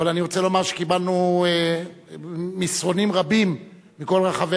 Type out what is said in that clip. אבל אני רוצה לומר שקיבלנו מסרונים רבים מכל רחבי